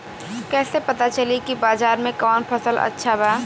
कैसे पता चली की बाजार में कवन फसल अच्छा बा?